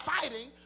fighting